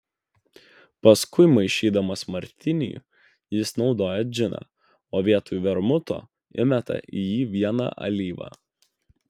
paskui maišydamas martinį jis naudoja džiną o vietoj vermuto įmeta į jį vieną alyvą